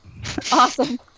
Awesome